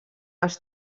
els